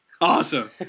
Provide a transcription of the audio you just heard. Awesome